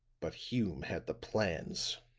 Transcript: but hume had the plans